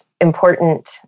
important